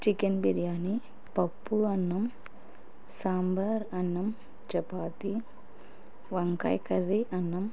chicken biryani పప్పు అన్నం సాంబార్ అన్నం చపాతి వంకాయ కర్రీ అన్నం